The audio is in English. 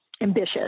ambitious